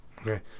Okay